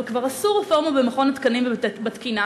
אבל כבר עשו רפורמה במכון התקנים ובתקינה,